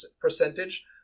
percentage